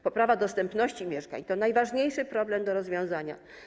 Poprawa dostępności mieszkań to najważniejszy problem do rozwiązania.